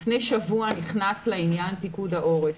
לפני שבוע נכנס לעניין פיקוד העורף.